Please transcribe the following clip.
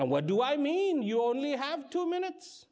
and what do i mean you only have two minutes